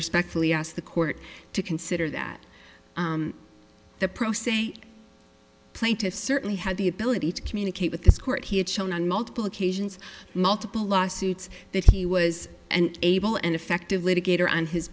respectfully ask the court to consider that the pro se plaintiff certainly had the ability to communicate with this court he had shown on multiple occasions multiple lawsuits that he was and able an effective litigator on his